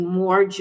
more